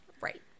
Right